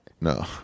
No